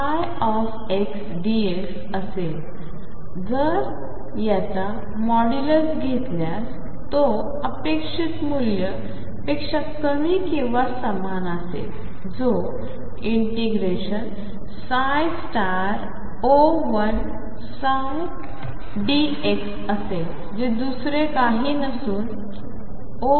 असेल जर याचा मोडुलस घेतल्यास तो अपेक्षित मूल्य पेशा कमी किंवा समान असेल जो ∫O1ψdx असेल जे दुसरे काही नसून ⟨O1⟩⟨O2⟩